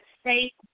state